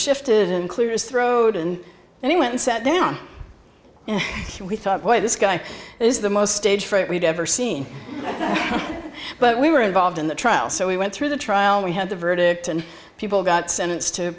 shifted and clears throat and then he went and sat down and we thought boy this guy is the most stage fright we've ever seen but we were involved in the trial so we went through the trial we had the verdict and people got sentenced to